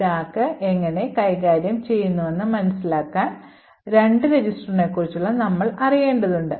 stack എങ്ങനെ കൈകാര്യം ചെയ്യുന്നുവെന്ന് മനസിലാക്കാൻ രണ്ട് രജിസ്റ്ററുകളെക്കുറിച്ച് നമ്മൾ അറിയേണ്ടതുണ്ട്